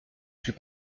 plus